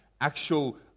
actual